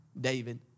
David